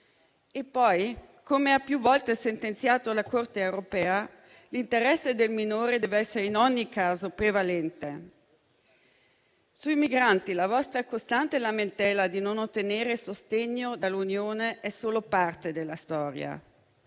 Inoltre, come ha più volte sentenziato la Corte europea, l'interesse del minore deve essere in ogni caso prevalente. Sui migranti, la vostra costante lamentela di non ottenere il sostegno dall'Unione è solo parte della storia,